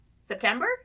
September